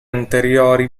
anteriori